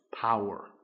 power